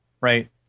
Right